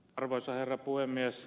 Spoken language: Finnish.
arvoisa herra puhemies